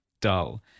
dull